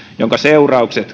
jonka seuraukset